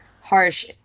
harsh